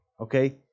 okay